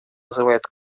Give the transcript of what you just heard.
вызывает